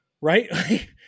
right